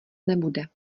nebude